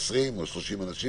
ל-20 או ל-30 אנשים,